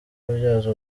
kubyaza